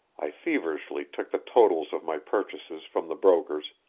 i feverishly took the totals of my purchases from the brokers,